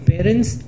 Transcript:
Parents